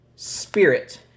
spirit